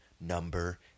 number